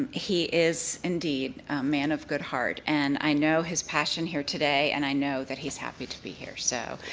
he is indeed a man of good heart and i know his passion here today and i know that he's happy to be here. so